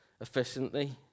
efficiently